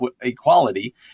equality